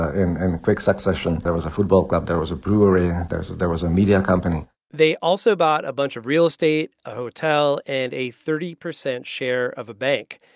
in and quick succession. there was a football club. there was a brewery. there so there was a media company they also bought a bunch of real estate, a hotel and a thirty percent share of a bank.